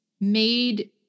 made